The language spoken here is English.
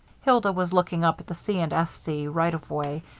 hilda was looking up at the c. and s. c. right of way,